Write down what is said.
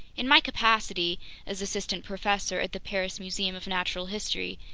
in my capacity as assistant professor at the paris museum of natural history,